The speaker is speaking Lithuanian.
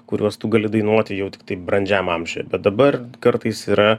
kuriuos tu gali dainuoti jau tiktai brandžiam amžiuje bet dabar kartais yra